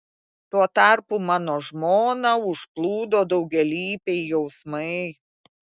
tuo tarpu mano žmoną užplūdo daugialypiai jausmai